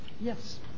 Yes